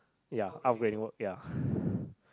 ya upgrading work ya